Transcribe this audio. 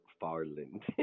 Farland